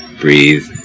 Breathe